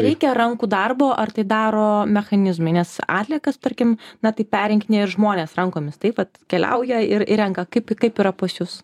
reikia rankų darbo ar tai daro mechanizmai nes atliekas tarkim na tik perrinkinėja ir žmonės rankomis taip vat keliauja ir ir renka kaip kaip yra pas jus